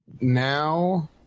now